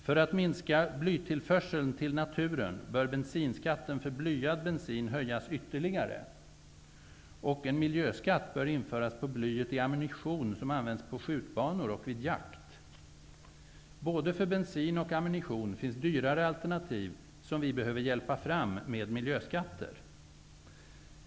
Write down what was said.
För att minska blytillförseln till naturen bör bensinskatten för blyad bensin höjas ytterligare och en miljöskatt bör införas på blyet i ammunition som används på skjutbanor och vid jakt. Både för bensin och ammunition finns dyrare alternativ som vi behöver hjälpa fram med miljöskatter.